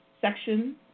section